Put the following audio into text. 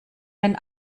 wenn